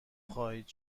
خواهید